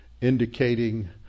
indicating